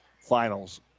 finals